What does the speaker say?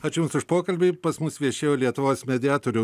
aš jums už pokalbį pas mus viešėjo lietuvos mediatorių